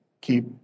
keep